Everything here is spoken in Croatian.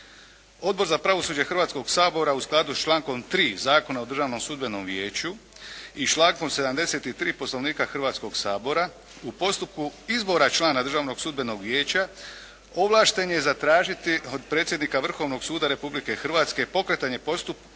Odbor za pravosuđe Hrvatskog sabora u skladu s člankom 3. Zakona o Državnom sudbenom vijeću i člankom 73. Poslovnika Hrvatskog sabora u postupku izbora člana Državnog sudbenog vijeća ovlašten je zatražiti od predsjednika Vrhovnog suda Republike Hrvatske pokretanje postupka